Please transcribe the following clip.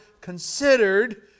considered